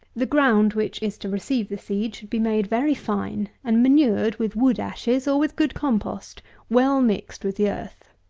the ground which is to receive the seed should be made very fine, and manured with wood-ashes, or with good compost well mixed with the earth.